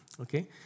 Okay